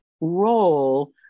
role